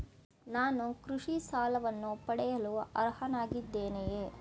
ನಾನು ಕೃಷಿ ಸಾಲವನ್ನು ಪಡೆಯಲು ಅರ್ಹನಾಗಿದ್ದೇನೆಯೇ?